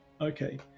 okay